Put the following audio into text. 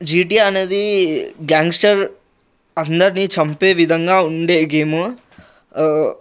GTA అనేది gangster అందర్ని చంపే విధంగా ఉండే గేము